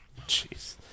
Jeez